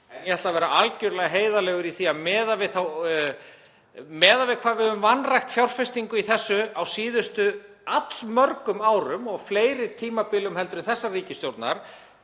ég ætla að vera algerlega heiðarlegur í því að miðað við hvað við höfum vanrækt fjárfestingu í þessu á síðustu allmörgum árum og fleiri tímabilum heldur en þessarar ríkisstjórnar